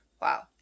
Wow